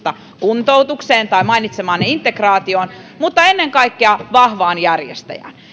kuntoutukseen tai mainitsemaanne integraatioon mutta ennen kaikkea vahvaan järjestäjään